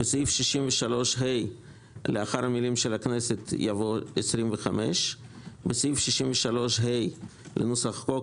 בסעיף 63ה לאחר המילים של הכנסת יבוא: 25. בסעיף 63ה לנוסח החוק,